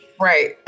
Right